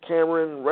Cameron